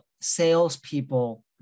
salespeople